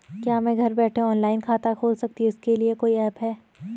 क्या मैं घर बैठे ऑनलाइन खाता खोल सकती हूँ इसके लिए कोई ऐप है?